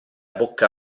bocca